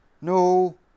no